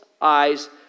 eyes